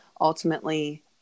ultimately